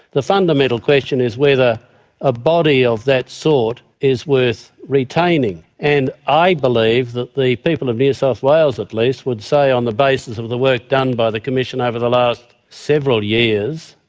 the fundamental question is whether a body of that sort is worth retaining. and i believe that the people of new south wales at least would say on the basis of the work done by the commission over the last several years,